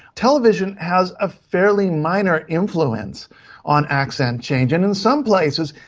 television has a fairly minor influence on accent change, and in some places,